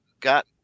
got